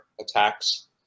attacks